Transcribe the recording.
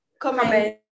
comment